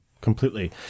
completely